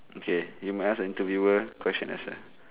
okay you must interviewer question answer